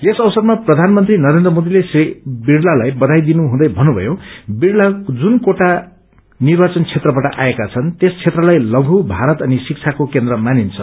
यस अवसरमा प्रधानमन्त्री नरेन्द्र मोदीले श्री विड़लालाई बयाई दिनुहुँदै भन्नुभयो बिड़ला जुन कोटा निर्वाचन क्षेत्रबाट आएका छन् त्यस क्षेत्रलाई लघु भारत अनि शिक्षाको केन्द्र मानिन्छ